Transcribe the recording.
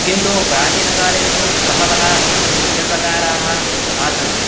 किन्तु प्राचीनकाले तु बहवः शिल्पकाराः आसन्